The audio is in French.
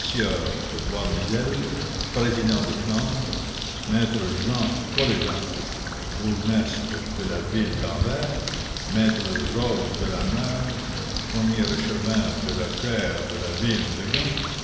de voirmizelle président de flandre maître jehan coleghens bourgmestre de la ville d'anvers maître george de la moere premier échevin de la kuere de la ville de gand